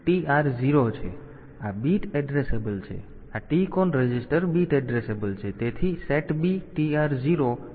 તેથી આ bit addressable છે અને આ TCON રજીસ્ટર બીટ એડ્રેસેબલ છે